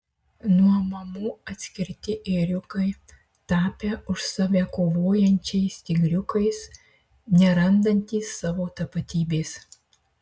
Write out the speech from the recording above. nuo mamų atskirti ėriukai tapę už save kovojančiais tigriukais nerandantys savo tapatybės